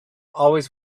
always